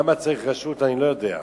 למה צריך רשות אני לא יודע,